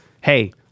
hey